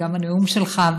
וגם הנאום שלך,